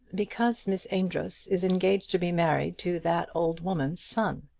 because miss amedroz is engaged to be married to that old woman's son,